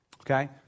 Okay